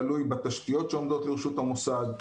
תלוי בתשתיות שעומדות לרשות המוסד,